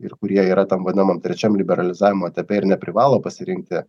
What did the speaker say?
ir kurie yra tam vadinamam trečiam liberalizavimo etape ir neprivalo pasirinkti